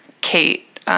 Kate